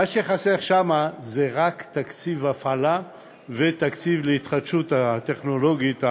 מה שחסר שמה זה רק תקציב הפעלה ותקציב להתחדשות הטכנולוגית,